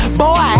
boy